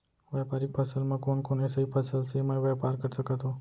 व्यापारिक फसल म कोन कोन एसई फसल से मैं व्यापार कर सकत हो?